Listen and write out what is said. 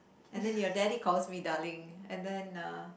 and then your daddy calls me darling and then uh